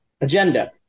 agenda